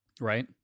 Right